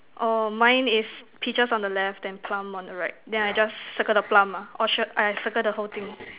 orh mine is peaches on the left then plum on the right then I just circle the plum lah or should !aiya! circle the whole thing